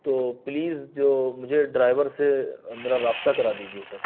تو پلیز جو مجھے ڈرائیور سے میرا رابطہ کرا دیجیے سر